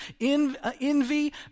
envy